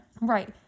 Right